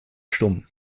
stumm